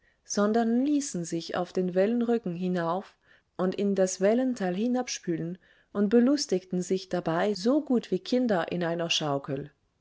sondern ließen sich auf den wellenrücken hinauf und in das wellental hinabspülen und belustigten sich dabei so gut wie kinder in einer schaukel